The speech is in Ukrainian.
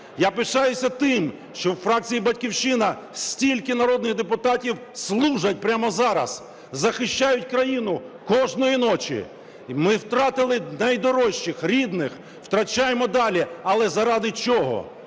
Я пишаюся тим, що у фракції "Батьківщина" стільки народних депутатів служать прямо зараз, захищають країну кожної ночі. Ми втратили найдорожчих рідних, втрачаємо далі, але заради чого?